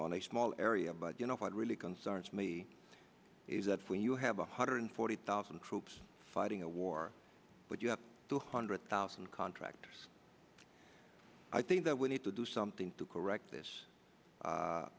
on a small area but you know what really concerns me is that when you have one hundred forty thousand troops fighting a war but you have two hundred thousand contractors i think that we need to do something to correct this